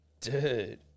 Dude